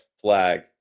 flag